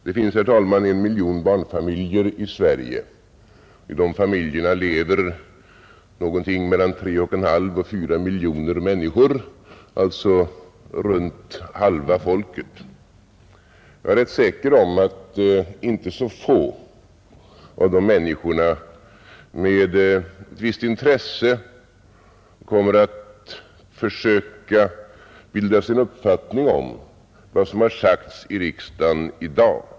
Herr talman! Det finns en miljon barnfamiljer i Sverige. I dessa familjer lever tre och en halv till fyra miljoner människor, alltså ungefär halva folket. Jag är rätt säker på att inte så få av dessa människor med visst intresse kommer att försöka bilda sig en uppfattning om vad som sagts i riksdagen i dag.